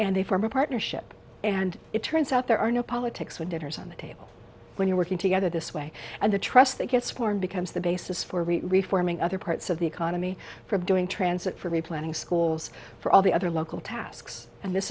and they form a partnership and it turns out there are no politics when dinner's on the table when you're working together this way and the trust that gets more and becomes the basis for we reform in other parts of the economy from doing transit from the planning schools for all the other local tasks and this